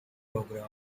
program